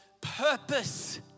purpose